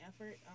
effort